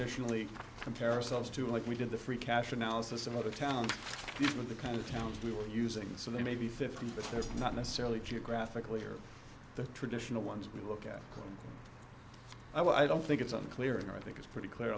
traditionally compare ourselves to like we did the free cash analysis some of the town with the kind of towns we were using so they may be fifty but they're not necessarily geographically or the traditional ones we look at i don't think it's unclear and i think it's pretty clear